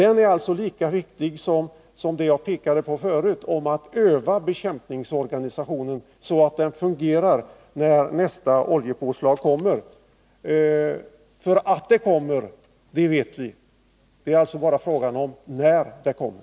En sådan utprovning är lika viktig som det jag pekade på förut, att iman skall öva bekämpningsorganisationen så att den fungerar, när nästa oljepåslag kommer — för att det kommer, det vet vi. Det är alltså bara fråga om när det kommer.